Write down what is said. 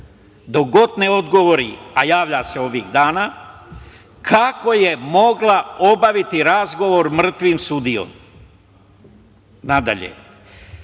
god ne odgovori, a javlja se ovih dana, kako je mogla obaviti razgovor sa mrtvim sudijom? Nadalje,